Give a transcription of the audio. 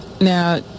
now